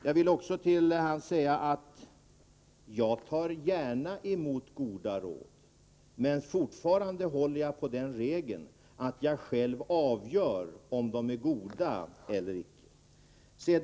Jag vill också säga till honom att jag gärna tar emot goda råd, men jag håller fortfarande på regeln att jag själv avgör om råden är goda eller icke.